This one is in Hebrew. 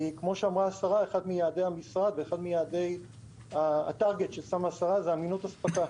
כמו שאמרה השרה, אחד מיעדי המשרד זה אמינות אספקה.